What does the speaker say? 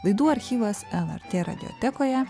laidų archyvas lrt radiotekoje